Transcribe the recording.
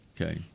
Okay